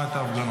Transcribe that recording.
את כל ההפגנות,